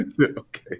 Okay